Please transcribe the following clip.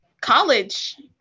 college